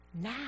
now